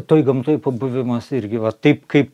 toj gamtoj pabuvimas irgi va taip kaip